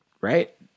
Right